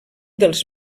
dels